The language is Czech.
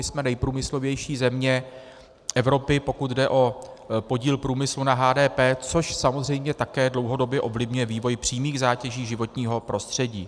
Jsme nejprůmyslovější země Evropy, pokud jde o podíl průmyslu na HDP, což samozřejmě také dlouhodobě ovlivňuje vývoj přímých zátěží životního prostředí.